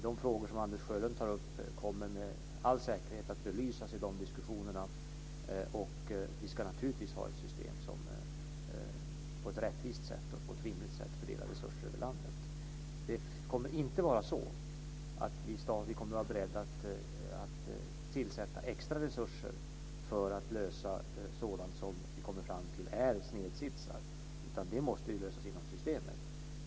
De frågor som Anders Sjölund tar upp kommer med all säkerhet att belysas i dessa diskussioner, och vi ska naturligtvis ha ett system som på ett rättvist och rimligt sätt fördelar resurser över landet. Det kommer inte att vara så att vi är beredda att tillsätta extra resurser för att lösa sådant som vi kommer fram till är snedsitsar. Det måste lösas inom systemet.